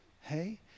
hey